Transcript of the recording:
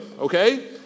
okay